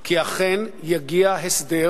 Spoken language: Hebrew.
כי אכן יגיע הסדר